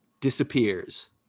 disappears